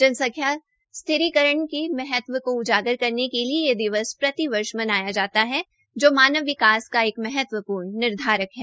जनसंख्या स्थिरीकरण के महत्व को उजागर करने के लिये यह दिवस प्रति वर्ष मनाया जाता है जो मानव विकास का एक महत्वपूर्ण निर्धारक है